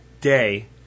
day